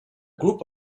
group